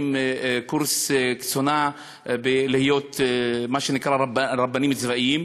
קורס קצונה כדי להיות מה שנקרא רבנים צבאיים,